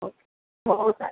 हो हो चालेल